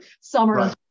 summer